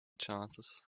chances